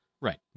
Right